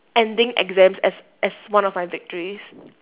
ending exams as as one of my victories